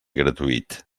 gratuït